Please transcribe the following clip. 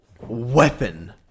weapon